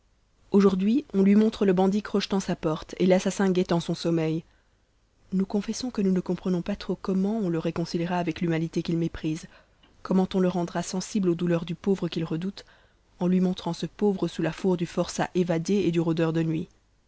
aujourd'hui on lui montre le bandit crochetant sa porte et l'assassin guettant son sommeil nous confessons que nous ne comprenons pas trop comment on le réconciliera avec l'humanité qu'il méprise comment on le rendra sensible aux douleurs du pauvre qu'il redoute en lui montrant ce pauvre sous la fourre du forçat évadé et du rôdeur de nuit